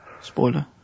Spoiler